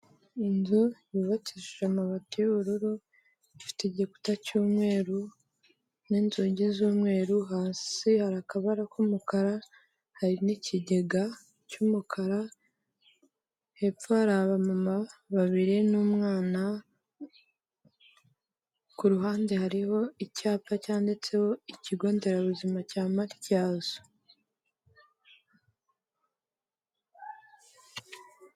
Inzu yubakishije amabati y'ubururu, ifite igikuta cy'umweru, n'inzugi z'umweru, hasi hari akabara k'umukara, hari n'ikigega cy'umukara, hepfo hari abamama babiri n'umwana, ku ruhande hariho icyapa cyanditseho ikigo nderabuzima cya Matyazo.